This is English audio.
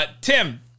Tim